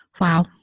Wow